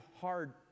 hard